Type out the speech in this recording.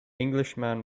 englishman